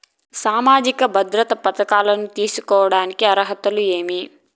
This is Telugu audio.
సామాజిక భద్రత పథకాలను తీసుకోడానికి అర్హతలు ఏమి?